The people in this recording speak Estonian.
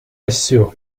asju